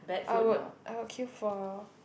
I would I would queue for